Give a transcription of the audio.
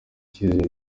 icyizere